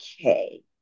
okay